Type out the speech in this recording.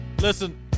Listen